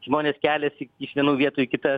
žmonės keliasi iš vienų vietų į kitą